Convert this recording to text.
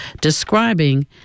describing